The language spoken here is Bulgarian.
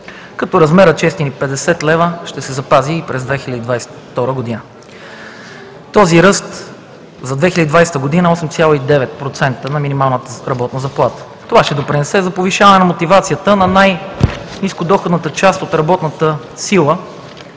като размерът от 650 лв. ще се запази и през 2022 г. Този ръст за 2020 г. е 8,9% на минималната работна заплата. Това ще допринесе за повишаване мотивацията на най-нискодоходната част от работната сила